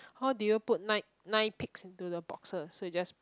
how do you put nine nine pics into the boxes so you just